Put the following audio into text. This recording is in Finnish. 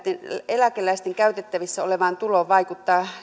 eläkeläisten käytettävissä olevaan tuloon vaikuttavat